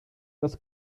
dass